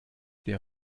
der